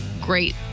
great